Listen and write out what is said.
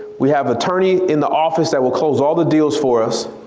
we have attorney in the office that will close all the deals for us